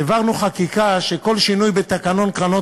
העברנו חקיקה שכל שינוי בתקנון קרנות